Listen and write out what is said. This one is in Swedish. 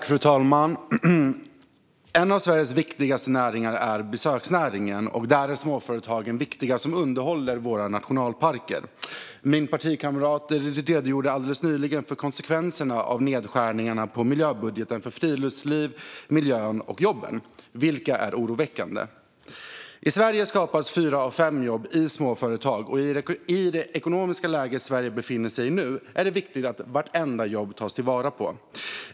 Fru talman! En av Sveriges viktigaste näringar är besöksnäringen. Där är småföretagen viktiga, som underhåller våra nationalparker. Min partikamrat redogjorde alldeles nyligen för konsekvenserna av nedskärningarna i miljöbudgeten för friluftslivet, miljön och jobben, vilka är oroväckande. I Sverige skapas fyra av fem jobb i småföretag. I det ekonomiska läge som Sverige nu befinner sig i är det viktigt att vartenda jobb tas till vara.